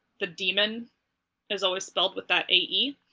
the daemon is always spelled with that ae.